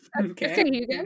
Okay